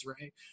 right